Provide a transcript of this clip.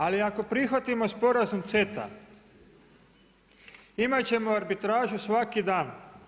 Ali ako prihvatimo sporazum CETA, imat ćemo arbitražu svaki dan.